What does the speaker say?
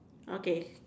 okay